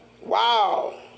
Wow